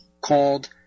called